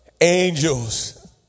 angels